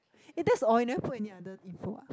eh that's orh you never put any other info ah